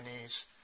knees